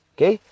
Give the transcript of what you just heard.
Okay